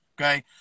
okay